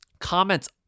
Comments